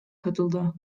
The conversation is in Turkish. katıldı